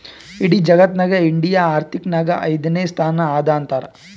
ಇಡಿ ಜಗತ್ನಾಗೆ ಇಂಡಿಯಾ ಆರ್ಥಿಕ್ ನಾಗ್ ಐಯ್ದನೇ ಸ್ಥಾನ ಅದಾ ಅಂತಾರ್